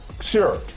Sure